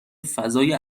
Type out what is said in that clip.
فضای